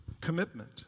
commitment